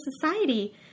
society